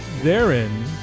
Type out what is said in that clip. Therein